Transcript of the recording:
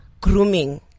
grooming